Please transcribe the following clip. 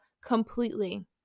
completely